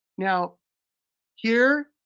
now here,